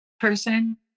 person